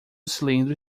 cilindro